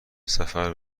سفر